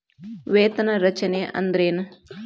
ವೇತನ ರಚನೆ ಅಂದ್ರೆನ?